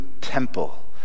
temple